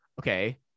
Okay